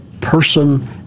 person